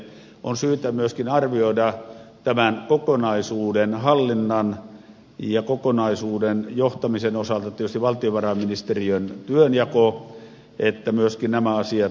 on myöskin syytä arvioida tämän kokonaisuuden hallinnan ja kokonaisuuden johtamisen osalta tietysti valtiovarainministeriön työnjako ja se että myöskin nämä asiat ovat kunnossa